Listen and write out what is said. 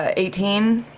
ah eighteen.